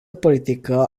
politică